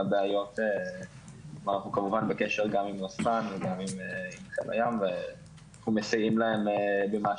כמובן שאנחנו בקשר גם עם המשטרה וגם עם חיל הים ואנחנו מסייעים להם במה